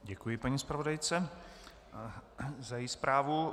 Děkuji paní zpravodajce za její zprávu.